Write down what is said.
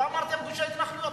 לא אמרתם גושי התנחלויות,